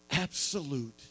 Absolute